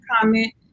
comment